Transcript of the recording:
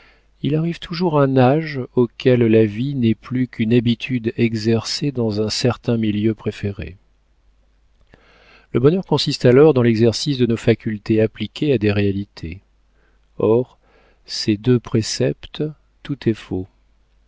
il arrive toujours un âge auquel la vie n'est plus qu'une habitude exercée dans un certain milieu préféré le bonheur consiste alors dans l'exercice de nos facultés appliquées à des réalités hors ces deux préceptes tout est faux